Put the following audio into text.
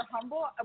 humble